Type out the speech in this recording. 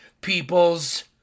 people's